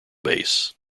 bass